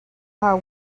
are